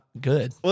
good